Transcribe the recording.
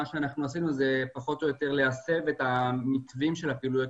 מה שעשינו זה פחות או יותר להסב את המתווים של הפעילויות